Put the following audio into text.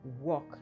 walk